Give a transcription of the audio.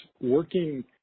working